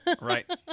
Right